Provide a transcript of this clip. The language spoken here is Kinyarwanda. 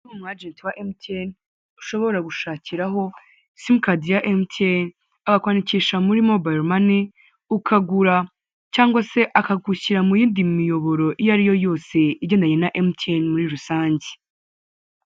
Uyu ni umwajenti wa emutiyeni ushobora gushakiraho simukardia ya emutiyeni akakwandikisha muri mobile mani ukagura cyangwa se akagushyira mu yindi miyoboro iyo ari yo yose igendanye na emutiyeni muri rusange.